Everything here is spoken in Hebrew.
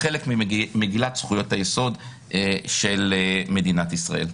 חלק ממגילת זכויות היסוד של מדינת ישראל.